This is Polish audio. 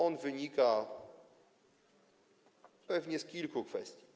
On wynika pewnie z kilku kwestii.